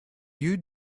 you